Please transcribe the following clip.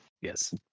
Yes